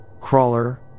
crawler